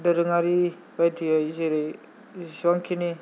दोरोङारि बायदियै जेरै जिसिबां खिनि